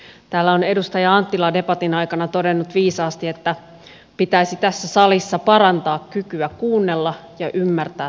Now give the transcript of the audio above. täällä on edustaja anttila debatin aikana todennut viisaasti että pitäisi tässä salissa parantaa kykyä kuunnella ja ymmärtää toisiamme